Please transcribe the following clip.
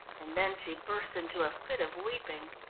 and then she burst into a fit of weeping.